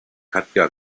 katja